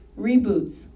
Reboots